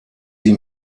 sie